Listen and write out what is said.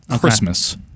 Christmas